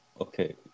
Okay